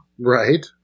Right